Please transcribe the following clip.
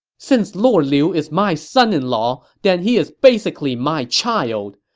since lord liu is my son-in-law, then he is basically my child.